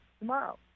tomorrow